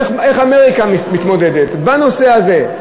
איך אמריקה מתמודדת בנושא הזה?